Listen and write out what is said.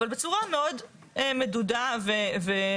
אבל בצורה מאוד מדודה ומסוימת.